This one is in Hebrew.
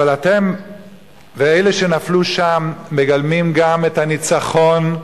אבל אתם ואלה שנפלו שם מגלמים גם את הניצחון,